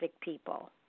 people